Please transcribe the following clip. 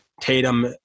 Tatum